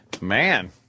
man